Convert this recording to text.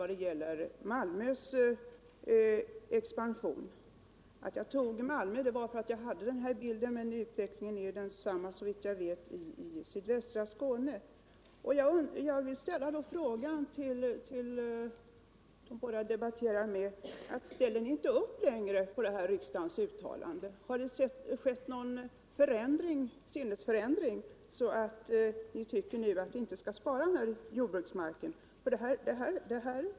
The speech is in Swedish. Anledningen till att jag tog Malmö som exempel var att jag råkade ha just den här bilden, men utvecklingen är ju såvitt jag vet densamma i sydvästra Skåne. Jag vill fråga dem som jag debatterar med: Ställer ni inte upp längre på riksdagens uttalande i det här avseendet? Har det skett någon sinnesförändring, så att ni nu tycker att vi inte skall spara denna jordbruksmark?